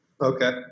Okay